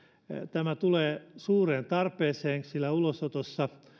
tämä tulee suureen tarpeeseen sillä ulosotossa